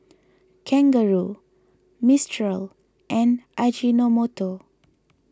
Kangaroo Mistral and Ajinomoto